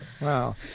Wow